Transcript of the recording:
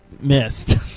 Missed